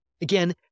Again